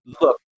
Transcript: look